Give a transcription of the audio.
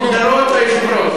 מוגדרות ליושב-ראש.